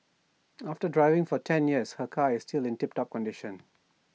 after driving for ten years her car is still in tip top condition